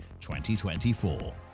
2024